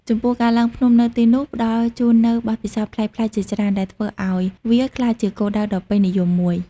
ចំពោះការឡើងភ្នំនៅទីនោះផ្តល់ជូននូវបទពិសោធន៍ប្លែកៗជាច្រើន ដែលធ្វើឱ្យវាក្លាយជាគោលដៅដ៏ពេញនិយមមួយ។